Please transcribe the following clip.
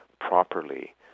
properly